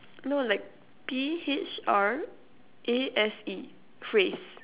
no like P_H_R_A_S_E phrase